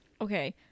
Okay